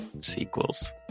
sequels